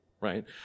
right